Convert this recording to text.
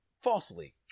falsely